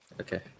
Okay